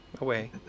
Away